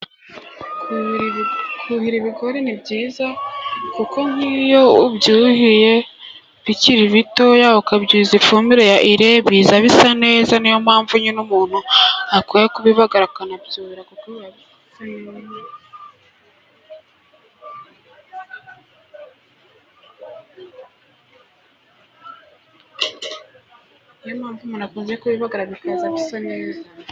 Kuhira ibigori ni byiza, kuko nk'iyo ubyuhiye bikiri bitoya ukabyuhiza ifumbire ya ire, biza bisa neza. Niyo mpamvu nyine umuntu akunze kubibagara bikaza bisa neza.